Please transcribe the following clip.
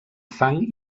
fang